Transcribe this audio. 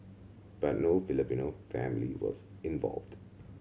but no Filipino family was involved